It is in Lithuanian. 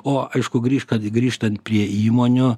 o aišku grįžt kad grįžtant prie įmonių